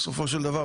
בסופו של דבר,